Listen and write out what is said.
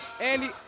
Andy